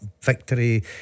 victory